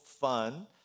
fun